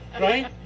right